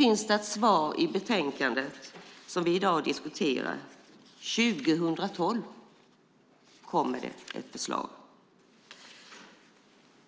I dagens betänkande står det att förslaget kommer 2012, vilket är